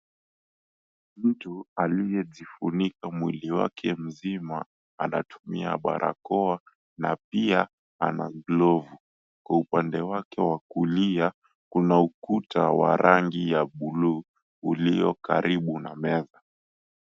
Mtu aliyejifunika mwili wake mzima anatumia barakoa na pia ana glovu , kwa upande wake wa kulia kuna ukuta wa rangi ya buluu uliokaribu na meza.